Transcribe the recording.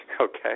Okay